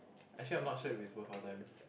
actually I'm not sure if is worth our time